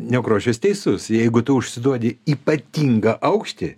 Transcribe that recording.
nekrošius teisus jeigu tu užsiduodi ypatingą aukštį